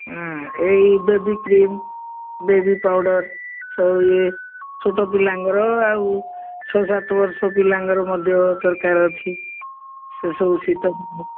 ହଁ ଏଇ baby cream baby powder ସବୁ ଇଏ ଛୋଟ ପିଲାଙ୍କର ଆଉ ଛଅ ସାତ ବର୍ଷ ପିଲାଙ୍କର ମଧ୍ୟ ଦରକାର ଅଛି ସେସବୁ ଶୀତ